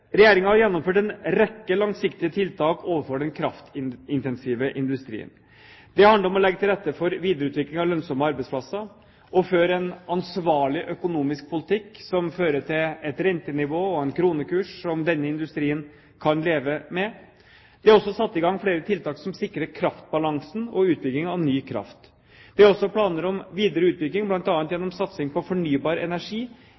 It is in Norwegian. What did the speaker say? har gjennomført en rekke langsiktige tiltak overfor den kraftintensive industrien. Det handler om å legge til rette for videreutvikling av lønnsomme arbeidsplasser, og å føre en ansvarlig økonomisk politikk som fører til et rentenivå og en kronekurs som denne industrien kan leve med. Det er også satt i gang flere tiltak som sikrer kraftbalansen og utbygging av ny kraft. Det er også planer om videre utbygging, bl.a. gjennom satsing på fornybar energi